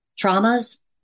Traumas